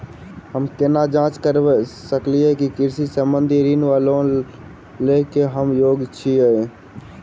हम केना जाँच करऽ सकलिये की कृषि संबंधी ऋण वा लोन लय केँ हम योग्य छीयै?